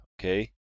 okay